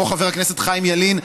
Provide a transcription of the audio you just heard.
כמו חבר הכנסת חיים ילין,